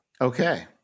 Okay